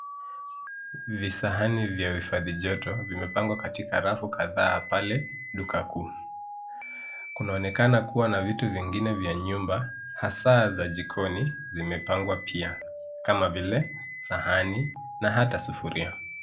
Visahani vya hifadhi joto vimepangwa katika rafu kadhaa pale duka kuu. Kunaonekana kuwa na vitu vingine vya nyumba hasa za jikoni zimepangwa pia kama vile sahani na hata sufuria.